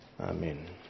Amen